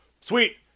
sweet